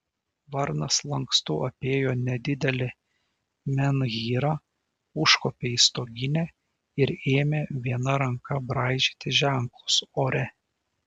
varnas lankstu apėjo nedidelį menhyrą užkopė į stoginę ir ėmė viena ranka braižyti ženklus ore